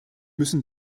müssen